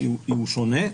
שונה.